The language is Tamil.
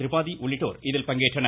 திரிபாதி உள்ளிட்டோர் இதில் பங்கேற்றனர்